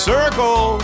Circle